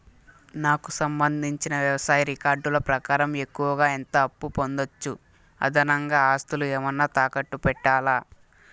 నాకు సంబంధించిన వ్యవసాయ రికార్డులు ప్రకారం ఎక్కువగా ఎంత అప్పు పొందొచ్చు, అదనంగా ఆస్తులు ఏమన్నా తాకట్టు పెట్టాలా?